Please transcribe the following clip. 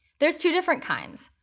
there's two different kinds.